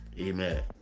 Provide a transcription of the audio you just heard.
Amen